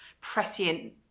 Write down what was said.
prescient